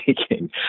speaking